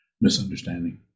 misunderstanding